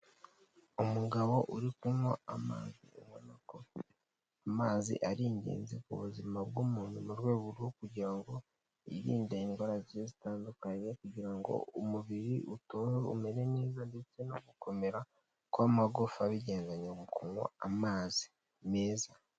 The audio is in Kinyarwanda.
Umugabo uri kunywa amazi ubona ko amazi ari ingenzi ku buzima bw'umuntu, mu rwego rwo kugira ngo yirinde indwara zitandukanye kugira ngo umubiri utohe umere neza ndetse no gukomera kw'amagufa bigendanye mu kunywa amazi meza.